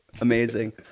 Amazing